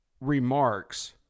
remarks